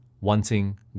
wanting